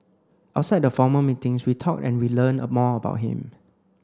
outside the formal meetings we talked and we learnt more about him